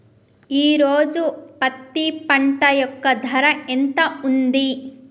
ఈ రోజు పత్తి పంట యొక్క ధర ఎంత ఉంది?